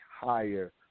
higher